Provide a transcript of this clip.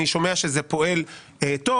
אני שומע שזה פועל טוב,